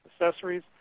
accessories